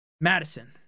Madison